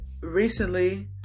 recently